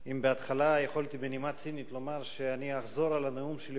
אם בהתחלה יכולתי בנימה צינית לומר שאני אחזור על הנאום שלי,